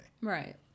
Right